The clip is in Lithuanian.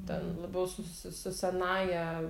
ten labiau su s su senąja